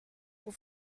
vous